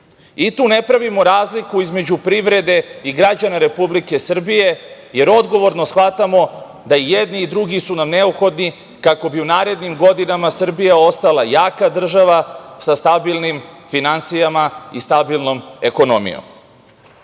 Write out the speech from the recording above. ne pravimo razliku između privrede i građana Republike Srbije, jer odgovorno shvatamo da i jedni i drugi su nam neophodni, kako bi u narednim godinama Srbija ostala jaka država sa stabilnim finansijama i stabilnom ekonomijom. Pandemija